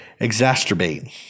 exacerbate